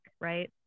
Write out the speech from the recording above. Right